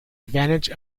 advantage